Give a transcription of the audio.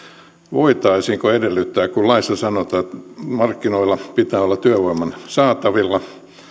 voitaisiinko edellyttää kun laissa sanotaan että markkinoilla pitää olla työvoiman saatavilla että